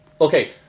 Okay